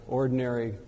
ordinary